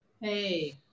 Hey